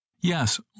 Yes